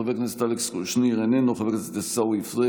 חברת הכנסת מאי גולן,